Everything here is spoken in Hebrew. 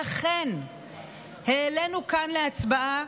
לכן העלינו כאן להצבעה